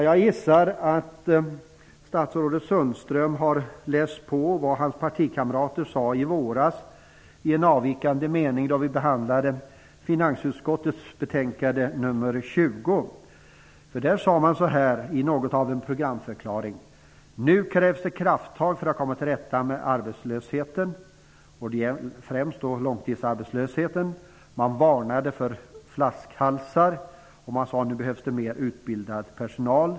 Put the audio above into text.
Jag gissar att statsrådet Sundström har läst på vad hans partikamrater sade i våras i en avvikande mening när vi behandlade finansutskottets betänkande 20. Då sade man i något av en programförklaring: Nu krävs det krafttag för att komma till rätta med arbetslösheten, främst långtidsarbetslösheten. Man varnade för flaskhalsar. Man sade att det krävs mer utbildad personal.